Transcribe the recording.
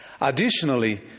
Additionally